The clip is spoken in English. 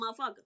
motherfucker